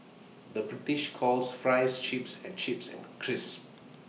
the British calls Fries Chips and chips and crisps